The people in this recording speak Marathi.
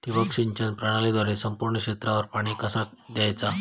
ठिबक सिंचन प्रणालीद्वारे संपूर्ण क्षेत्रावर पाणी कसा दयाचा?